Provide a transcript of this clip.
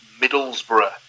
Middlesbrough